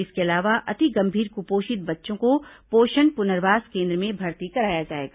इसके अलावा अति गंभीर क्पोषित बच्चों को पोषण प्नर्वास केन्द्र में भर्ती कराया जाएगा